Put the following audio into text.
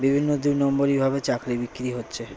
বিভিন্ন দু নম্বরিভাবে চাকরি বিক্রি হচ্ছে